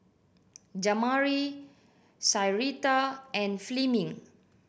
Jamari Syreeta and Fleming